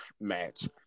match